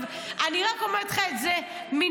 אני רק אומרת לך את זה מניסיון,